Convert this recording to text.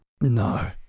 No